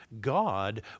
God